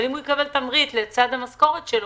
אבל אם הוא יקבל תמריץ לצד המשכורת שלו,